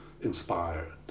inspired